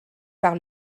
par